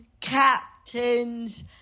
captains